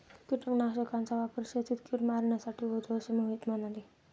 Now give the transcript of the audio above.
कीटकनाशकांचा वापर शेतातील कीड मारण्यासाठी होतो असे मोहिते म्हणाले